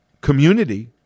community